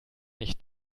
nicht